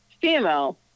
female